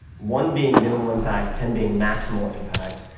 one being minimal impact, ten being maximal impact,